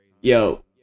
Yo